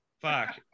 fuck